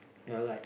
ya like